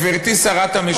גברתי שרת המשפטים,